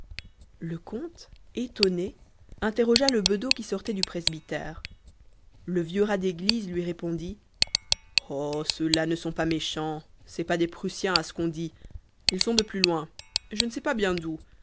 le comte étonné interrogea le bedeau qui sortait du presbytère le vieux rat d'église lui répondit oh ceux-là ne sont pas méchants c'est pas des prussiens à ce qu'on dit ils sont de plus loin je ne sais pas bien d'où